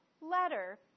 letter